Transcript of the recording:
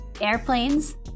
airplanes